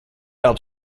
help